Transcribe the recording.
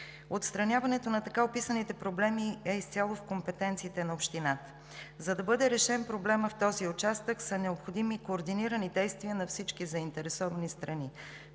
Отстраняването на така описаните проблеми е изцяло в компетенциите на общината. За да бъде решен проблемът в този участък, са необходими координирани действия на всички заинтересовани страни.